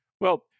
Well-